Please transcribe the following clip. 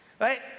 right